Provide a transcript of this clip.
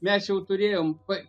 mes jau turėjom p